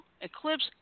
Eclipse